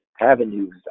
avenues